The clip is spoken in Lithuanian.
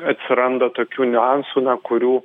atsiranda tokių niuansų na kurių